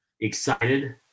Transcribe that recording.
excited –